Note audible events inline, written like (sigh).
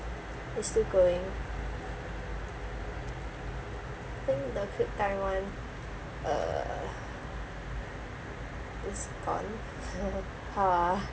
it's still going I think not click time one uh it's on (laughs) how ah